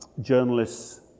journalists